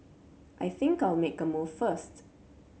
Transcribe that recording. I think I'll make a move first